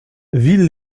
villes